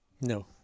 No